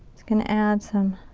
just gonna add some